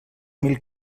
mil